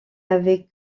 avait